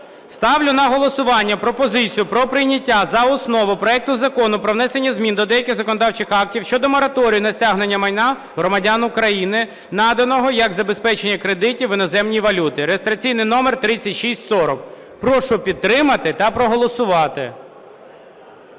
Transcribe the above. Ставлю на голосування пропозицію про прийняття за основу проекту Закону про внесення змін до деяких законодавчих актів щодо мораторію на стягнення майна громадян України, наданого як забезпечення кредитів в іноземній валюті (реєстраційний номер 3640). Прошу підтримати та проголосувати.